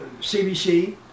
CBC